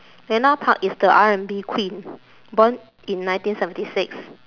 then now park is the R&B queen born in ninety seventy six